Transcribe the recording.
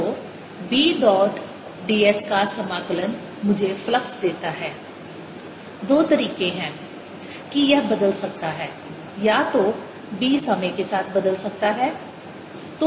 तो B dot ds का समाकलन मुझे फ्लक्स देता है दो तरीके हैं कि यह बदल सकता है या तो B समय के साथ बदल सकता है